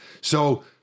So-